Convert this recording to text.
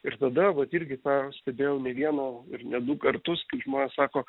ir tada vat irgi pastebėjau ne vieną ir ne du kartus kaip žmonės sako